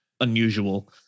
unusual